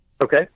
Okay